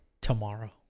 Tomorrow